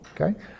Okay